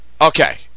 Okay